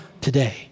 today